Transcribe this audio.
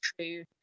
true